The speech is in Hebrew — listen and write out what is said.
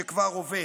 שכבר הווה.